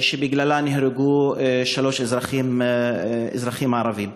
שבה נהרגו שלושה אזרחים ערבים.